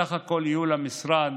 בסך הכול יהיו למשרד